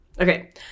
Okay